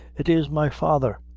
it is my father!